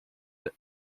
der